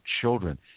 children